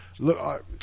Look